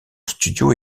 studio